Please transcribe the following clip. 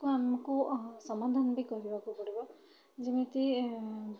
ତାକୁ ଆମକୁ ସମାଧାନ ବି କରିବାକୁ ପଡ଼ିବ ଯେମିତି